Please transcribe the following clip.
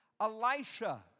Elisha